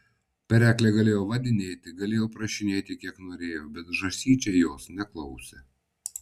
pereklė galėjo vadinėti galėjo prašinėti kiek norėjo bet žąsyčiai jos neklausė